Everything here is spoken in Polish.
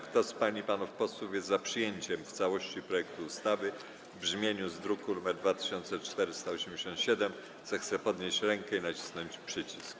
Kto z pań i panów posłów jest za przyjęciem w całości projektu ustawy w brzmieniu z druku nr 2487, zechce podnieść rękę i nacisnąć przycisk.